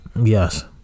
Yes